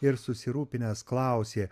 ir susirūpinęs klausė